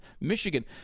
Michigan